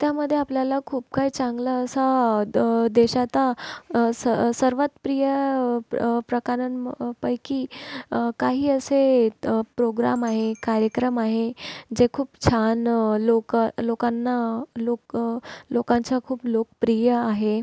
त्यामध्ये आपल्याला खूप काही चांगलं असा द देशाचा सर्वात प्रिय प्रकारांपैकी काही असे प्रोग्राम आहे कार्यक्रम आहे जे खूप छान लोकं लोकांना लोकं लोकांचा खूप लोकप्रिय आहे